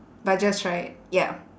but just try it ya